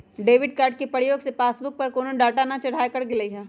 debit card के प्रयोग से पासबुक पर कोनो डाटा न चढ़ाएकर गेलइ ह